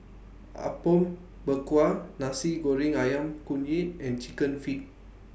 Apom Berkuah Nasi Goreng Ayam Kunyit and Chicken Feet